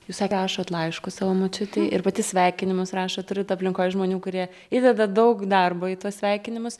jūs sakė rašot laiškus savo močiutei ir pati sveikinimus rašot turit aplinkoj žmonių kurie įdeda daug darbo į tuos sveikinimus